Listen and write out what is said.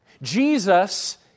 Jesus